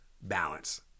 balance